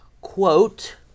Quote